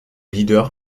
leader